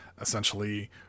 essentially